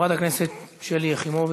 חברת הכנסת שלי יחימוביץ,